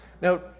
Now